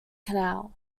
canal